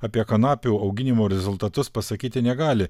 apie kanapių auginimo rezultatus pasakyti negali